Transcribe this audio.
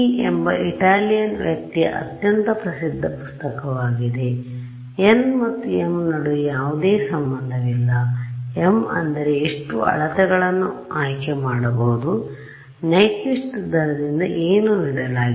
ಎಂಬ ಇಟಾಲಿಯನ್ ವ್ಯಕ್ತಿಯ ಅತ್ಯಂತ ಪ್ರಸಿದ್ಧ ಪುಸ್ತಕವಾಗಿದೆ N ಮತ್ತು m ನಡುವೆ ಯಾವುದೇ ಸಂಬಂಧವಿಲ್ಲ m ಅಂದರೆ ಎಷ್ಟು ಅಳತೆಗಳನ್ನು ಆಯ್ಕೆ ಮಾಡಬಹುದು ನೈಕ್ವಿಸ್ಟ್ ದರದಿಂದ ಏನು ನೀಡಲಾಗಿದೆ